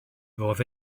roedd